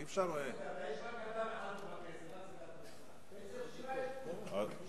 יש רק אדם אחד פה --- איזה רשימה יש פה?